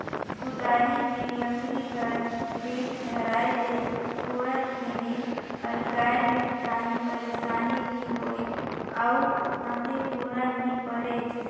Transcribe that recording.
कुदारी मे लकरी कर बेठ धराए ले कोड़त घनी अलगाए मे काही पइरसानी नी होए अउ हाथे फोरा नी परे